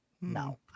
No